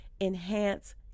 enhance